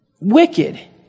Wicked